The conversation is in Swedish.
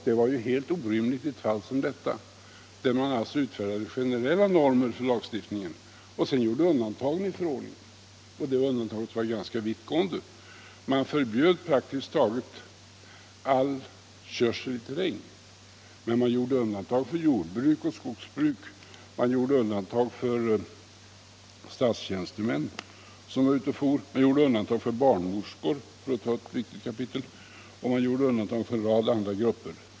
Det var ju helt orimligt i ett fall som detta, där man alltså utfärdade generella normer för lagstiftningen och sedan gjorde undantagen i förordningen. De undantagen var ganska vittgående. Man förbjöd praktiskt taget all körsel i terräng, men man gjorde undantag för jordbruk och skogsbruk. Man gjorde undantag för statstjänstemän som var ute och for. Man gjorde undantag för barnmorskor, för att ta ett viktigt kapitel, och man gjorde undantag för en rad andra grupper.